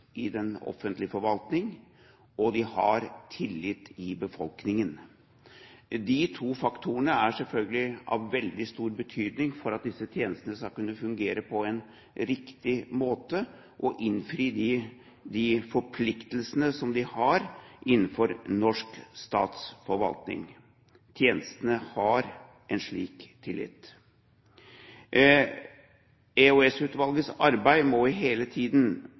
i den offentlige forvaltning, og de har tillit i befolkningen. De to faktorene er selvfølgelig av veldig stor betydning for at disse tjenestene skal kunne fungere på en riktig måte og innfri de forpliktelsene de har innenfor norsk statsforvaltning. Tjenestene har en slik tillit. EOS-utvalget må hele tiden